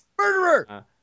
murderer